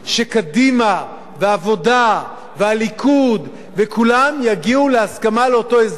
שקדימה והעבודה והליכוד וכולם יגיעו להסכמה על אותו הסדר,